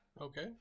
okay